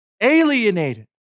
Alienated